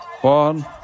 One